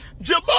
Jamal